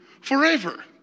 forever